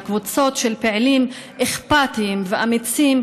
לקבוצות של פעילים אכפתיים ואמיצים,